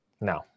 No